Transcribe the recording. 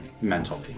mentally